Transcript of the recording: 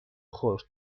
خورد